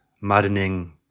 maddening